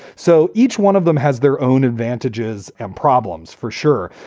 so each one of them has their own advantages and problems for sure.